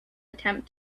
attempt